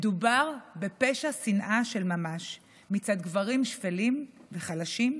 מדובר בפשע שנאה של ממש מצד גברים שפלים וחלשים,